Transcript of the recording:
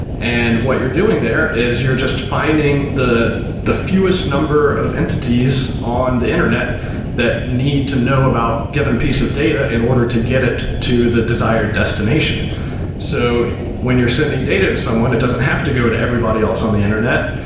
and what you're doing there is you're just finding the the fewest number of entities on the internet that need to know about given piece of data in order to get it to the desired destination so when you're sending data to someone, it doesn't have to go to everybody else on the internet,